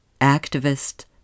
activist